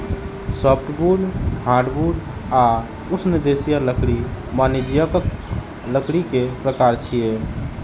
softwood, hardwood आ उष्णदेशीय लकड़ी वाणिज्यिक लकड़ी के प्रकार छियै